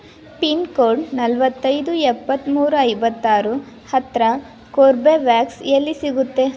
pin code ನಲವತ್ತೈದು ಎಪ್ಪತ್ತ್ಮೂರು ಐವತ್ತಾರು ಹತ್ತಿರ ಕೋರ್ಬೆವ್ಯಾಕ್ಸ್ ಎಲ್ಲಿ ಸಿಗುತ್ತೆ